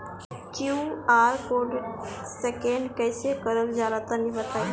QR code scan कैसे क़रल जला तनि बताई?